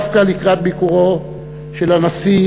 דווקא לקראת ביקורו של הנשיא,